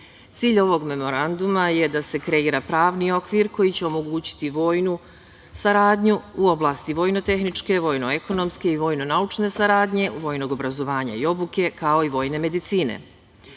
ovog memoranduma je da se kreira pravni okvir koji će omogućiti vojnu saradnju u oblasti vojno-tehničke, vojno-ekonomske i vojno-naučne saradnje, vojnog obrazovanja i obuke, kao i vojne medicine.